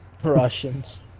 Russians